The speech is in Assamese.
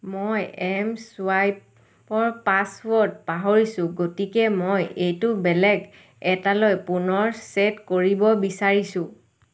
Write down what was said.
মই এম চুৱাইপৰ পাছৱৰ্ড পাহৰিছোঁ গতিকে মই এইটো বেলেগ এটালৈ পুনৰ চেট কৰিব বিচাৰিছোঁ